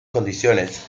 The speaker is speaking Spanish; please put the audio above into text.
condiciones